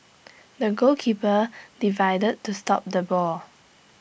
the goalkeeper divide to stop the ball